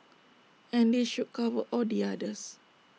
and this should cover all the others